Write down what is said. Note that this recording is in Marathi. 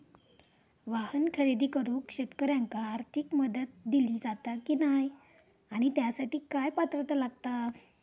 वाहन खरेदी करूक शेतकऱ्यांका आर्थिक मदत दिली जाता की नाय आणि त्यासाठी काय पात्रता लागता?